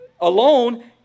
alone